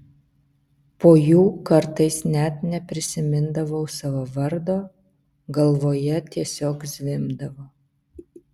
po jų kartais net neprisimindavau savo vardo galvoje tiesiog zvimbdavo